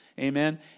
Amen